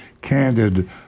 candid